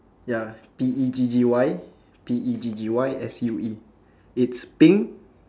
ya P E G G Y P E G G Y S U E it's pink